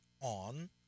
on